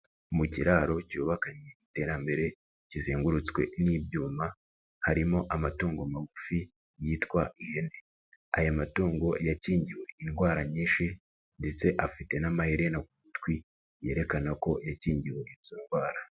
Mu kiraro cyubakanye iterambere, kizengurutswe n'ibyuma, harimo amatungo magufi yitwa ihene, aya matungo yakingiwe indwara nyinshi ndetse afite n'amaherena ku matwi, yerekana ko yakingiwe izo ndwara.